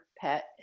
pet